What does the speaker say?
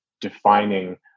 defining